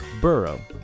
Burrow